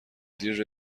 دیر